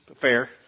fair